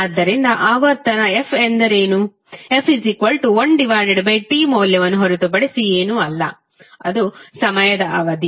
ಆದ್ದರಿಂದ ಆವರ್ತನ f ಎಂದರೇನು f 1 T ಮೌಲ್ಯವನ್ನು ಹೊರತುಪಡಿಸಿ ಏನೂ ಅಲ್ಲ ಅದು ಸಮಯದ ಅವಧಿ